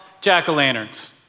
jack-o'-lanterns